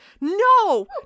no